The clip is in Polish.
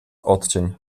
odcień